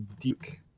Duke